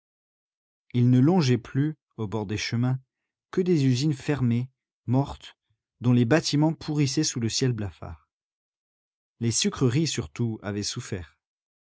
il ne longeait plus au bord des chemins que des usines fermées mortes dont les bâtiments pourrissaient sous le ciel blafard les sucreries surtout avaient souffert